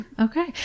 okay